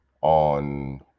on